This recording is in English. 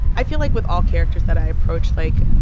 i feel like with all characters that i approach, like,